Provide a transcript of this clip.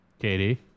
Katie